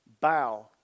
bow